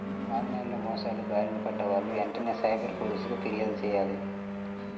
on line మోసాల బారిన పడ్డ వాళ్ళు వెంటనే సైబర్ పోలీసులకు పిర్యాదు చెయ్యాలి